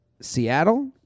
Seattle